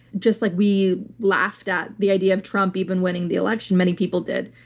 just like we laughed at the idea of trump even winning the election. many people did.